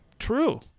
true